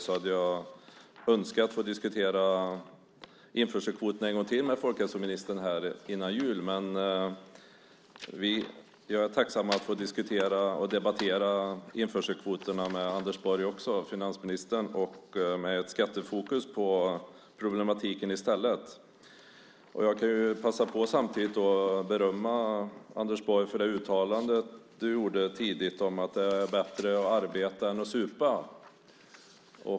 Därför hade jag önskat att få diskutera införselkvoterna en gång till med folkhälsoministern här före jul. Men jag är tacksam över att få diskutera och debattera införselkvoterna också med finansminister Anders Borg, med ett skattefokus på problematiken i stället. Jag kan samtidigt passa på att berömma Anders Borg för det uttalandet han tidigt gjorde om att det är bättre att arbeta än att supa.